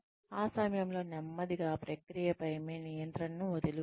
ఆ సమయంలో నెమ్మదిగా ప్రక్రియపై మీ నియంత్రణను వదులుకోండి